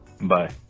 Bye